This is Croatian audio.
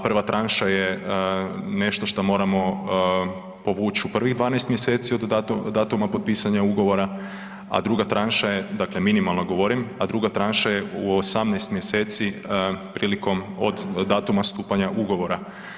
Prva tranša je nešto što moramo povući u prvih 12 mjeseci od datuma potpisanja ugovora, a druga tranša, dakle minimalno govorim, a druga tranša je u 18 mjeseci prilikom, od datuma stupanja ugovora.